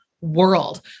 world